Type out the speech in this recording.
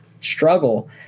struggle